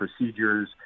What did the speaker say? procedures